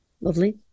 lovely